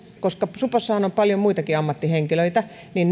koska supossahan on paljon muitakin ammattihenkilöitä